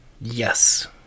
yes